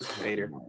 Later